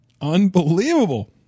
Unbelievable